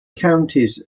counties